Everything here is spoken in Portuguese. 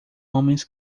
homens